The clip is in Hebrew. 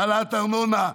העלאת ארנונה,